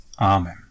Amen